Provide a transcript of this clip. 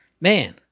Man